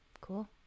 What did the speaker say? Cool